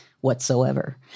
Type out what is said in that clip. whatsoever